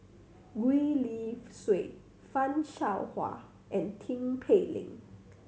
Gwee Li Sui Fan Shao Hua and Tin Pei Ling